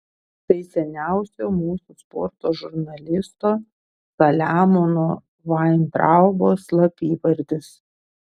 tai seniausio mūsų sporto žurnalisto saliamono vaintraubo slapyvardis